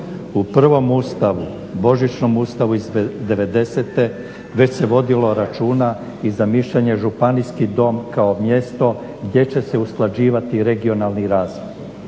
U prvom Ustavu, božićnom Ustavu iz '90. već se vodilo računa i zamišljen je Županijski dom kao mjesto gdje će se usklađivati regionalni razvoj.